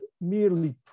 merely